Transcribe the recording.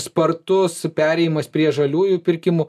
spartus perėjimas prie žaliųjų pirkimų